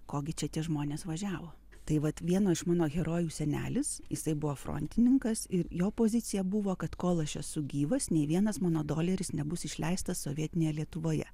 ko gi čia tie žmonės važiavo tai vat vieno iš mano herojų senelis jisai buvo frontininkas ir jo pozicija buvo kad kol aš esu gyvas nei vienas mano doleris nebus išleistas sovietinėje lietuvoje